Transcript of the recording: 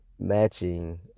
matching